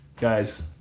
Guys